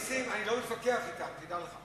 נסים, אני לא מתווכח אתה, תדע לך.